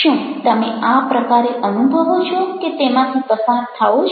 શું તમે આ પ્રકારે અનુભવો છો કે તેમાંથી પસાર થાઓ છો